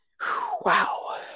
Wow